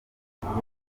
uburyo